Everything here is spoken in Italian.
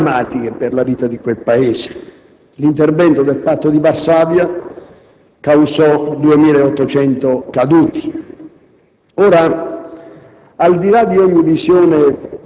ebbe conseguenze drammatiche per la vita di quel Paese. L'intervento del Patto di Varsavia causò 2.800 caduti.